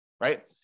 right